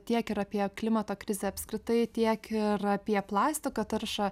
tiek ir apie klimato krizę apskritai tiek ir apie plastiko taršą